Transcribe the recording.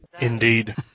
Indeed